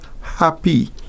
happy